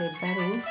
ହେବାରୁ